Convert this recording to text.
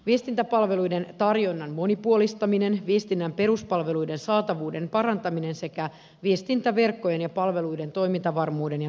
viestintäpalveluiden tarjonnan monipuolistaminen viestinnän peruspalveluiden saatavuuden parantaminen sekä viestintäverkkojen ja palveluiden toimintavarmuuden ja turvallisuuden kehittyminen